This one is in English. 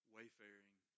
Wayfaring